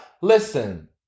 Listen